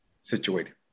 situated